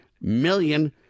million